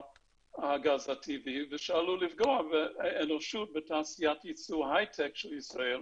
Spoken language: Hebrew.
הגז הטבעי ושעלול לפגוע אנושות בתעשיית יצוא הייטק של ישראל,